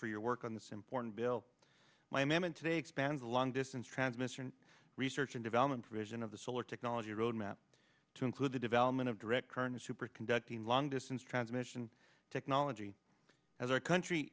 for your work on this important bill my mammon today expand the long distance transmission research and development vision of the solar technology roadmap to include the development of direct current superconducting long distance transmission technology as our country